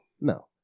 no